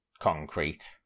concrete